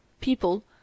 people